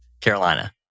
Carolina